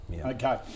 Okay